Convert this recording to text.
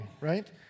right